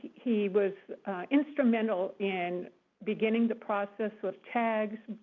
he was instrumental in beginning the process with tags,